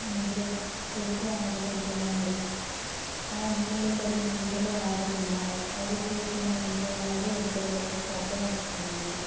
నిద్ర కొడుకు ఆడుకుంటున్నాడు ఆ నీళ్లు పడి మంటలు ఆరుతున్నాయి అది చూసిన వంటవాడు ఎక్కడ లేని కోపం వచ్చింది